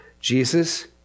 Jesus